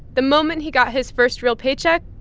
the moment he got his first real paycheck,